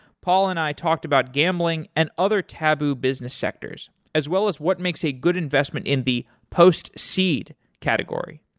paul and i talked about gambling and other taboo business sectors as well as what makes a good investment in the post-seed category.